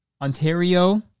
Ontario